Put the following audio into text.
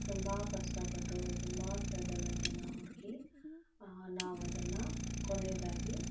ತುಂಬ ಕಷ್ಟಪಟ್ಟು ತುಂಬ ಸೈಡೆಲ್ಲ ಜನ ಹುಡುಕಿ ನಾವದನ್ನು ಕೊನೆಯದಾಗಿ